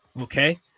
Okay